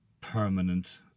permanent